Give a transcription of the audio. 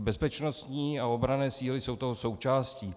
Bezpečnostní a obranné síly jsou toho součástí.